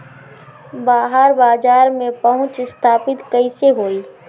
बाहर बाजार में पहुंच स्थापित कैसे होई?